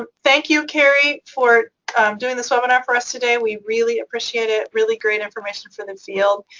ah thank you, kerri, for doing this webinar for us today. we really appreciate it. really great information for the field.